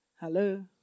Hello